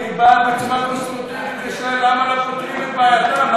אני בא בצורה קונסטרוקטיבית ושואל למה לא פותרים את בעייתם,